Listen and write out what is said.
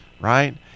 right